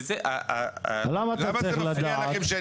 למה אתה צריך לדעת?